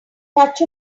touch